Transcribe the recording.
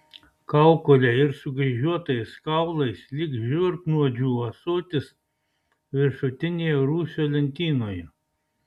kaukole ir sukryžiuotais kaulais lyg žiurknuodžių ąsotis viršutinėje rūsio lentynoje